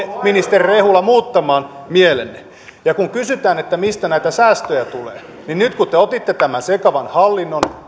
ministeri rehula muuttamaan mielenne ja kun kysytään että mistä näitä säästöjä tulee niin nyt kun te otitte tämän sekavan hallinnon